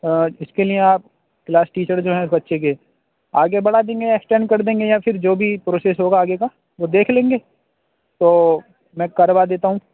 اِس کے لیے آپ کلاس ٹیچر جو ہے بچے کے آگے بڑھا دیں گے یا ایکسٹینڈ کر دیں گے یا پھر جو بھی پروسیس ہوگا آگے کا وہ دیکھ لیں گے تو میں کروا دیتا ہوں